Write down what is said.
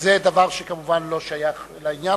זה דבר שכמובן לא שייך לעניין.